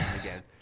again